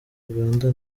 uganda